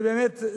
ובאמת,